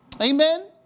Amen